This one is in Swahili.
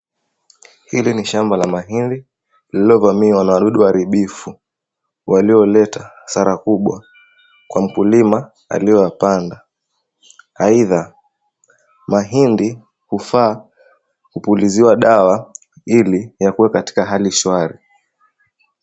Hili ni shamba la mahindi, liliyovamiwa na wadudu waharibifu, walioleta hasara kubwa kwa mkulima aliyoyapanda. Aidha, mahindi hufaa kupuliziwa dawa ili yakuwe katika hali shwari.